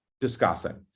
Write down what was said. discussing